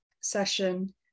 session